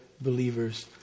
believers